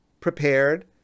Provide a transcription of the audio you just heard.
prepared